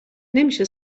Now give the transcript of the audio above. نمیشه